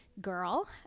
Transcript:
girl